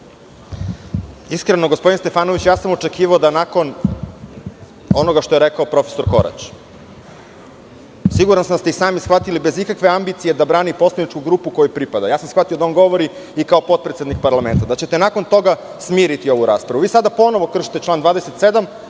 Iskreno, gospodine Stefanoviću, ja sam očekivao da nakon onoga što je rekao profesor Korać, siguran sam da ste i sami shvatili, bez ikakve ambicije da brani poslaničku grupu kojoj pripada, ja sam shvatio da on govori i kao potpredsednik parlamenta, da ćete nakon toga smiriti ovu raspravu. Vi sada ponovo kršite član 27,